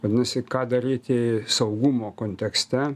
vadinasi ką daryti saugumo kontekste